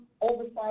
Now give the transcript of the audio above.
oversight